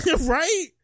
right